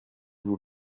vous